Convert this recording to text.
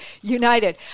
United